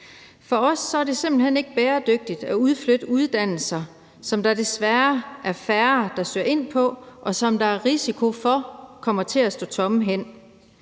For os er det simpelt hen ikke bæredygtigt at udflytte uddannelser, som der desværre er færre der søger ind på, og hvor der er en risiko for, at pladserne kommer til at stå tomme hen.